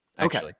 Okay